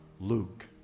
Luke